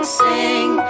sing